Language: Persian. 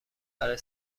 برای